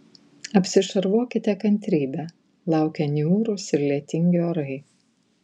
apsišarvuokite kantrybe laukia niūrūs ir lietingi orai